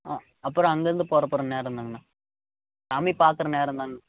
ஆ அப்புறோம் அங்கேருந்து புறப்பட்ற நேரந்தாங்கண்ணா சாமி பார்க்குற நேரம்தான்